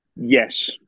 yes